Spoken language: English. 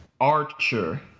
Archer